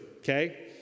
Okay